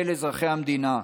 של אזרחי המדינה,